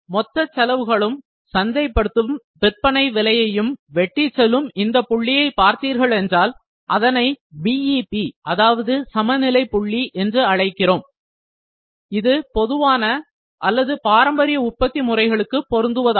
மொத்த செலவுகளும் சந்தைப்படுத்தும் விற்பனை விலையும் வெட்டிச் செல்லும் இந்தப் புள்ளியை பார்த்தீர்களென்றால் அதனை BEP அதாவது சமநிலை புள்ளி என்று அழைக்கிறோம் இது பொதுவான அல்லது பாரம்பரிய உற்பத்தி முறைகளுக்கு பொருந்துவதாகும்